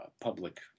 public